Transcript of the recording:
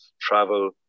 travel